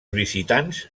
visitants